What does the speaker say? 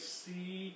see